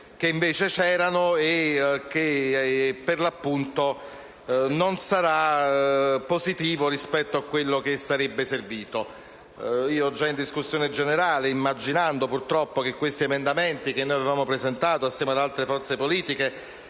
che invece c'erano e che, per l'appunto, non sarà positivo rispetto a quello che sarebbe servito. Già nel corso della discussione generale, immaginando, purtroppo, che gli emendamenti che avevamo presentato insieme ad altre forze politiche